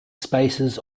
spaces